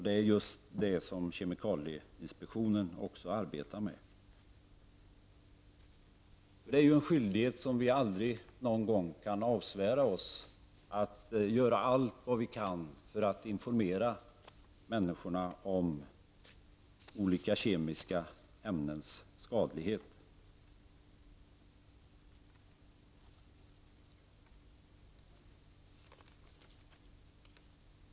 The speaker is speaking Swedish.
Det är just vad kemikalieinspektionen arbetar med. En skyldighet som vi aldrig någon gång kan avsvära oss är att göra allt vi kan för att informera människorna om olika kemikaliska ämnens skadlighet.